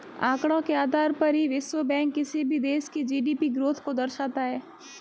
आंकड़ों के आधार पर ही विश्व बैंक किसी भी देश की जी.डी.पी ग्रोथ को दर्शाता है